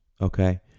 okay